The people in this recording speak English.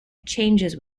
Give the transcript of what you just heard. changes